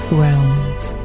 realms